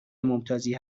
ممتازی